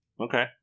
Okay